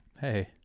Hey